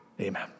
Amen